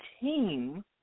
team